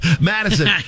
madison